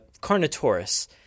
Carnotaurus